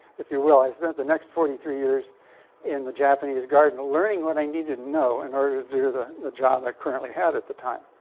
if you will, i spent the next forty three years in the japanese garden learning what i needed to know in order to do the the job that i currently had at the time.